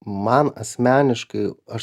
man asmeniškai aš